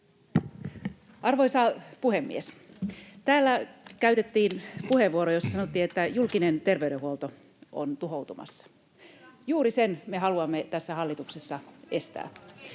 Arvoisa puhemies! Täällä käytettiin puheenvuoro, jossa sanottiin, että julkinen terveydenhuolto on tuhoutumassa. Juuri sen me haluamme tässä hallituksessa estää.